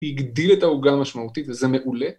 ‫הגדיל את העוגה משמעותית, ‫וזה מעולה.